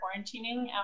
quarantining